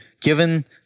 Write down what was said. given